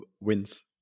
wins